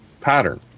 pattern